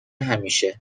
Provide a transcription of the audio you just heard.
همیشه